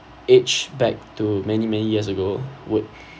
age back to many many years ago would